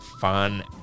fun